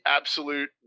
absolute